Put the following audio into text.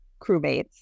crewmates